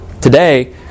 Today